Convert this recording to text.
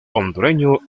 hondureño